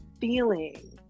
feeling